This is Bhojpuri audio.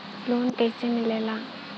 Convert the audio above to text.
लोन कईसे मिलेला?